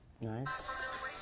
Nice